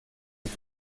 ist